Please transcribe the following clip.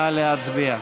נא להצביע.